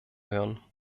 hören